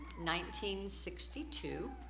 1962